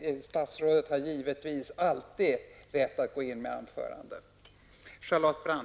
Statsrådet har givetvis alltid rätt att gå in med anföranden.